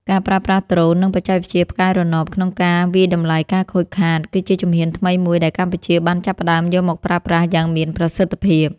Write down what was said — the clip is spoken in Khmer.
ការប្រើប្រាស់ដ្រូន និងបច្ចេកវិទ្យាផ្កាយរណបក្នុងការវាយតម្លៃការខូចខាត គឺជាជំហានថ្មីមួយដែលកម្ពុជាបានចាប់ផ្តើមយកមកប្រើប្រាស់យ៉ាងមានប្រសិទ្ធភាព។